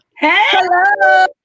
Hello